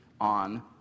on